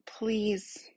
Please